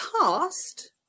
past